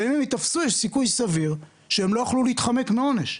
ואם הם ייתפסו אז יש סיכוי סביר שהם לא יוכלו להתחמק מעונש.